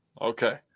Okay